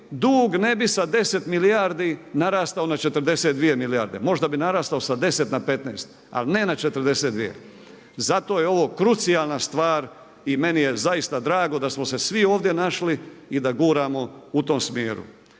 dug ne bi sa 10 milijardi narastao na 42 milijarde, možda bi narastao sa 10 na 15 ali ne na 42. Zato je ovo krucijalna stvar i meni je zaista drago da smo se svi ovdje našli i da guramo u tom smjeru.